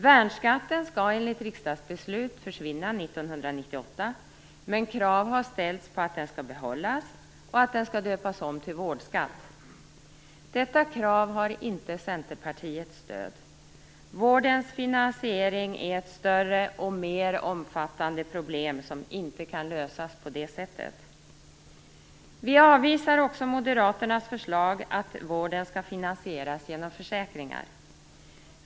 Värnskatten skall enligt riksdagsbeslut försvinna 1998, men krav har ställts på att den skall behållas och att den skall döpas om till vårdskatt. Detta krav har inte Centerpartiets stöd. Vårdens finansiering är ett större och mer omfattande problem som inte kan lösas på det sättet. Vi avvisar också moderaternas förslag att vården skall finansieras genom försäkringar.